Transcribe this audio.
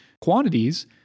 quantities